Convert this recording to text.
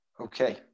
Okay